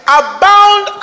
abound